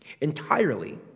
entirely